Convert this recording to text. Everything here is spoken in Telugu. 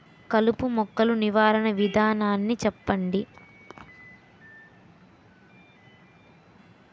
కలుపు మొక్కలు నివారణ విధానాన్ని చెప్పండి?